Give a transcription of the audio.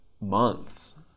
months